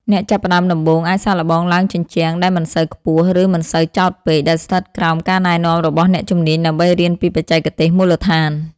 អ្នកចាប់ផ្តើមដំបូងអាចសាកល្បងឡើងជញ្ជាំងដែលមិនសូវខ្ពស់ ឬមិនសូវចោតពេក ដែលស្ថិតក្រោមការណែនាំរបស់អ្នកជំនាញដើម្បីរៀនពីបច្ចេកទេសមូលដ្ឋាន។